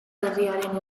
herriaren